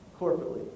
corporately